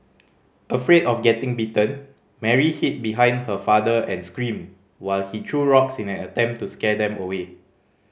afraid of getting bitten Mary hid behind her father and screamed while he threw rocks in an attempt to scare them away